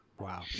Wow